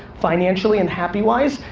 financially, and happywise,